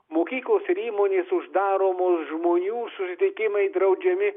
mokyklos ir įmonės uždaromos žmonių susitikimai draudžiami